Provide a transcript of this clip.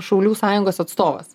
šaulių sąjungos atstovas